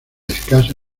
escasa